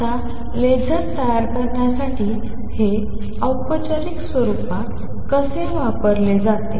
आता लेसर तयार करण्यासाठी हे औपचारिक स्वरूपात कसे वापरले जाते